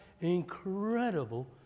incredible